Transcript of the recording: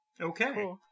Okay